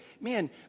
man